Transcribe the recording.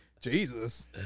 Jesus